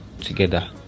together